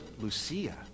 lucia